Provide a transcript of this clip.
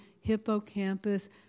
hippocampus